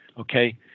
Okay